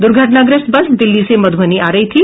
दुर्घटनाग्रस्त बस दिल्ली से मधुबनी आ रही थी